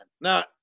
Now